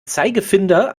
zeigefinder